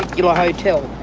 you know hotel.